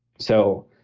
so,